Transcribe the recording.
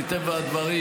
מטבע הדברים,